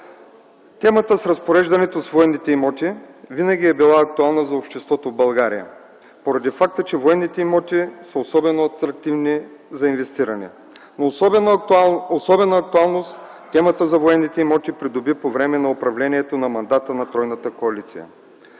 Темата за разпореждането с военните имоти винаги е била актуална за обществото в България поради факта, че те са особено атрактивни за инвестиране. Особена актуалност темата за военните имоти придоби по време на управлението на мандата на тройната коалиция.